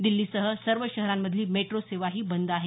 दिछीसह सर्व शहरांमधली मेट्रो सेवाही बंद आहे